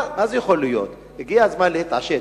אז יכול להיות, הגיע הזמן להתעשת.